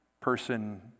person